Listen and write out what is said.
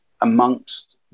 amongst